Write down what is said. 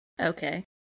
Okay